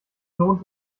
lohnt